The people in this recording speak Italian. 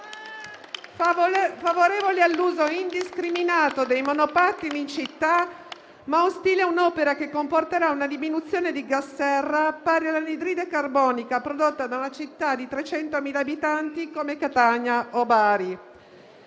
favorevoli all'uso indiscriminato dei monopattini in città, ma ostili a un'opera che comporterà una diminuzione di gas serra pari all'anidride carbonica prodotta da una città di 300.000 abitanti, come Catania o Bari.